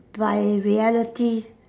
by reality